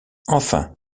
enfin